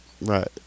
Right